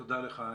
תודה לך.